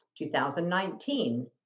2019